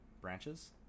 branches